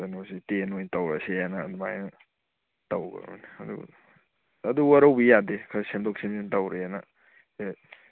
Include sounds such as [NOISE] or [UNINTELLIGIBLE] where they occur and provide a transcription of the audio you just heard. ꯀꯩꯅꯣꯁꯤ ꯇꯦꯟ ꯑꯣꯏꯅ ꯇꯧꯔꯁꯦꯅ ꯑꯗꯨꯃꯥꯏꯅ ꯇꯧꯈ꯭ꯔꯕꯅꯦ ꯑꯗꯨ ꯑꯗꯨ ꯋꯥꯔꯧꯕꯤ ꯌꯥꯗꯦ ꯈꯔ ꯁꯦꯝꯗꯣꯛ ꯁꯦꯝꯖꯤꯟ ꯇꯧꯔꯦꯅ [UNINTELLIGIBLE]